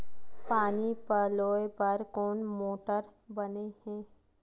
पानी पलोय बर कोन मोटर बने हे?